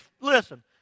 Listen